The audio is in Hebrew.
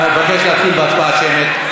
אני מבקש להתחיל בהצבעה השמית.